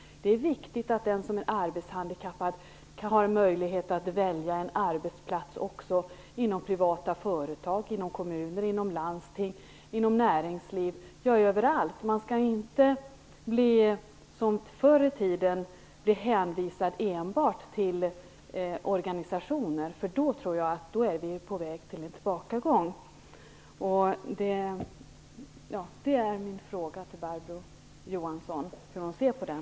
Det är viktigt att den som är arbetshandikappad har möjlighet att välja arbetsplats också inom privata företag, inom kommuner, i landsting, i näringslivet - överallt. Man skall inte som förr i tiden enbart vara hänvisad till organisationer. Jag tror att det skulle innebära en tillbakagång. Jag undrar hur Barbro Johansson ser på den frågan.